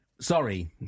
Sorry